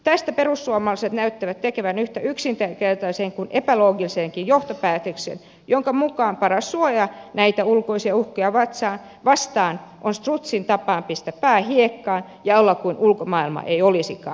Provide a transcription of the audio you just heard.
tästä perussuomalaiset näyttävät tekevän yhtä yksinkertaisen kuin epäloogisenkin johtopäätöksen jonka mukaan paras suoja näitä ulkoisia uhkia vastaan on strutsin tapaan pistää pää hiekkaan ja olla kuin ulkomaailmaa ei olisikaan